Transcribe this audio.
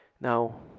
Now